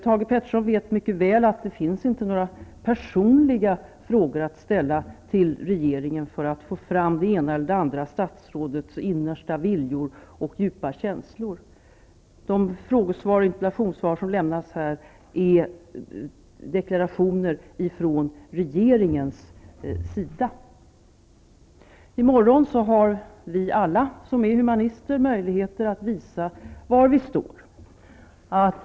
Thage Peterson vet mycket väl att det inte går att ställa några personliga frågor till regeringens medlemmar för att få fram det ena eller det andra statsrådets innersta vilja och djupa känsla. De frågeoch interpellationssvar som lämnas här är deklarationer ifrån regeringens sida. I morgon har alla vi som är humanister möjlighet att visa var vi står.